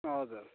हजुर